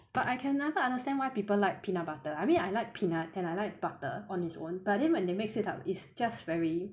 but I can never understand why people like peanut butter I mean I like peanut and I like butter on its own but then when they mix it up it's just very